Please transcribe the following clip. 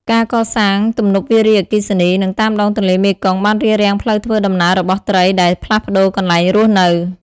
ការកសាង ទំនប់វារីអគ្គិសនី នៅតាមដងទន្លេមេគង្គបានរារាំងផ្លូវធ្វើដំណើររបស់ត្រីដែលផ្លាស់ប្តូរកន្លែងរស់នៅ។